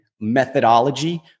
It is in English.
methodology